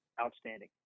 outstanding